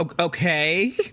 Okay